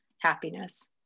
happiness